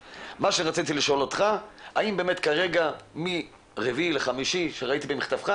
רציתי לשאול אותך האם באמת כרגע מה-4 במאי כפי שראיתי במכתבך